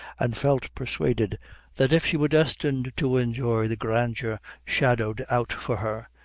and felt persuaded that if she were destined to enjoy the grandeur shadowed out for her,